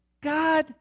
God